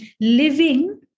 living